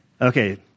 okay